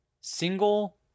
single